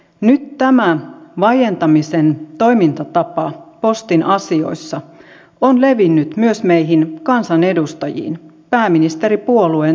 nyt tämä vaientamisen toimintatapa postin asioissa on levinnyt myös meihin kansanedustajiin pääministeripuolueen toimesta